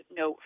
no